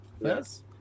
Yes